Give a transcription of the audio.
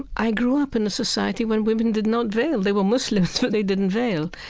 i grew up in a society where women did not veil. they were muslims but they didn't veil.